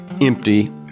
empty